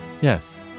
Yes